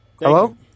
Hello